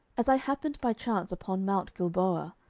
as i happened by chance upon mount gilboa,